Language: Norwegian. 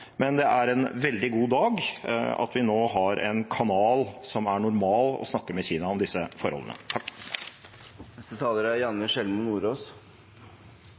Men dette er en veldig god dag, og vi har nå en normal kanal for å snakke med Kina om disse forholdene.